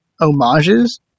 homages